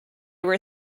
were